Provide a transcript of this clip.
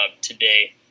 today